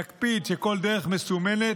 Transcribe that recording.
ונקפיד שכל דרך מסומנת,